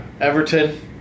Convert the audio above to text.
Everton